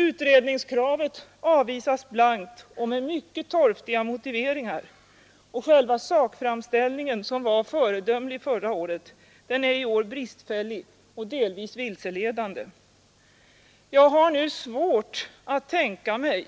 Utredningskravet avvisas blankt och med mycket torftiga motiveringar. Själva sakframställningen, som var föredömlig förra året, är i år bristfällig och delvis vilseledande. Jag har svårt att tänka mig